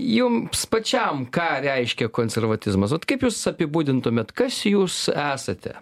jums pačiam ką reiškia konservatizmas ot kaip jūs apibūdintumėt kas jūs esate